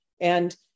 And-